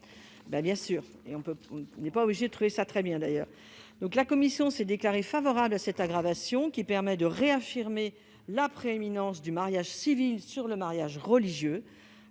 interdite, mais elle est pourtant bien réelle. La commission s'est déclarée favorable à cette aggravation qui permet de réaffirmer la prééminence du mariage civil sur le mariage religieux.